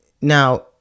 Now